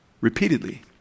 repeatedly